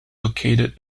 located